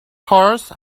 horse